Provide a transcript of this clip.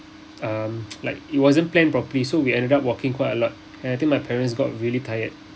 um like it wasn't planned properly so we ended up walking quite a lot and I think my parents got really tired